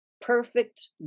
perfect